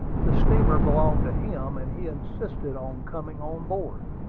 the steamer belonged to him, and he insisted on coming on board.